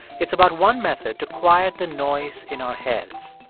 it's about one method to quiet the noise in our heads,